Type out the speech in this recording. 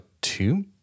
two